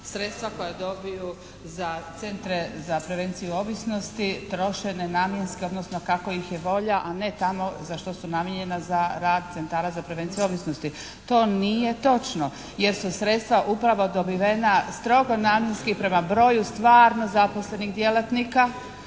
sredstva koja dobiju za centre za prevenciju ovisnosti troše nenamjenski, odnosno kako ih je volja, a ne tamo za što su namijenjena, za rad centara za prevenciju ovisnosti. To nije točno, jer su sredstva upravo dobivena strogo namjenski prema broju stvarno zaposlenik djelatnika